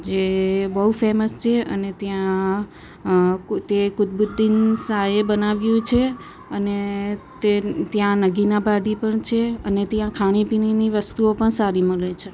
જે બહુ ફેમસ છે અને ત્યાં પોતે કુતુબુદ્દીન શાહે બનાવ્યું છે અને તે ત્યાં નગીના વાડી પર છે અને ત્યાં ખાણીપીણીની વસ્તુઓ પણ સારી મળે છે